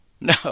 No